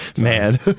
man